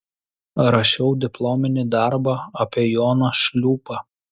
rašiau diplominį darbą apie joną šliūpą